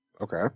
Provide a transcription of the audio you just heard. Okay